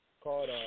called